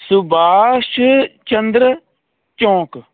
ਸੁਬਾਸ਼ Chandra Chowk